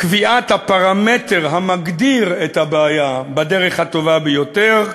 קביעת הפרמטר המגדיר את הבעיה בדרך הטובה ביותר,